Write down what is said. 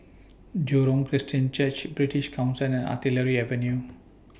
Jurong Christian Church British Council and Artillery Avenue